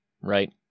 Right